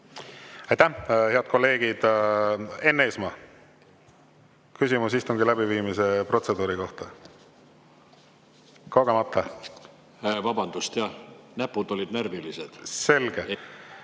Aitäh, head kolleegid! Enn Eesmaa, küsimus istungi läbiviimise protseduuri kohta. Kogemata? Vabandust, jah, näpud olid närvilised.